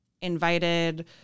invited